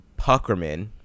Puckerman